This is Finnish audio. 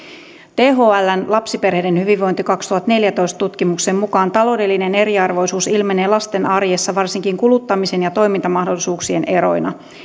thln lapsiperheiden hyvinvointi kaksituhattaneljätoista tutkimuksen mukaan taloudellinen eriarvoisuus ilmenee lasten arjessa varsinkin kuluttamisen ja toimintamahdollisuuksien eroina